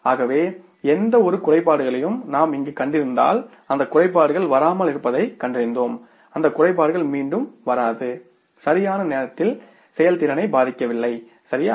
ஆகவே எந்தவொரு குறைபாடுகளையும் நாம் இங்கு கண்டிருந்தால் அந்த குறைபாடுகள் வராமல் இருப்பதைக் கண்டறிந்தோம் அந்த குறைபாடுகள் மீண்டும் வராது சரியான நேரத்தில் செயல்திறனைப் பாதிக்கவில்லைசரியா